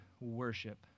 worship